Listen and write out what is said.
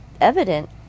evident